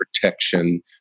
protection